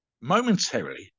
momentarily